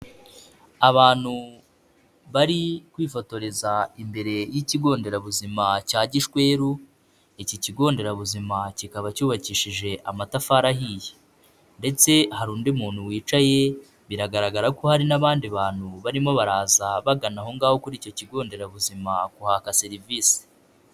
Abantu bari kwifotoreza imbere y'Ikigo Nderabuzima cya Gishweru, iki Kigo Nderabuzima kikaba cyubakishije amatafari ahiye. ndetse hari undi muntu wicaye, biragaragara ko hari n'abandi bantu barimo baraza bagana aho ngaho kuri icyo Kigo Nderabuzima kuhaka serivisi.